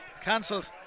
Cancelled